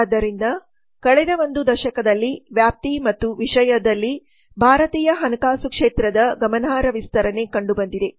ಆದ್ದರಿಂದ ಕಳೆದ ಒಂದು ದಶಕದಲ್ಲಿ ವ್ಯಾಪ್ತಿ ಮತ್ತು ವಿಷಯದ ವಿಷಯದಲ್ಲಿ ಭಾರತೀಯ ಹಣಕಾಸು ಕ್ಷೇತ್ರದ ಗಮನಾರ್ಹ ವಿಸ್ತರಣೆ ಕಂಡುಬಂದಿದೆ